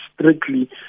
strictly